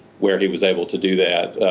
where he was able to do that